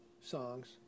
songs